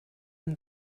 and